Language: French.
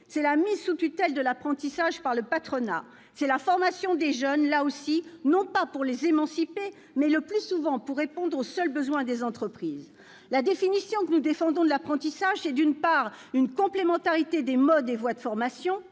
c'est la mise sous tutelle de l'apprentissage par le patronat, c'est la formation des jeunes, là encore, non pas pour les émanciper, mais, le plus souvent, pour répondre aux seuls besoins des entreprises. La vision que nous défendons de l'apprentissage, c'est, d'une part, une complémentarité des modes et voies de formation,